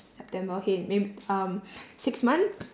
september okay mayb~ um six months